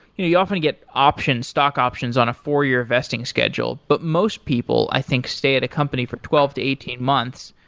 you often get options, stock options on a four-year vesting schedule. but most people, i think, stay at a company for twelve to eighteen months.